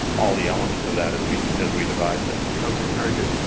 all the elements of that as we as we devise it. ok, very good.